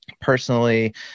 personally